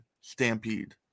Stampede